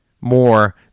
more